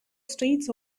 streets